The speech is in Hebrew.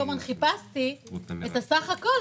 כל הזמן חיפשתי את הסך הכול,